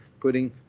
putting